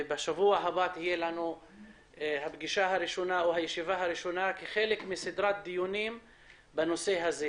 בשבוע הבא תהיה לנו ישיבה ראשונה כחלק מסדרת דיונים בנושא הזה.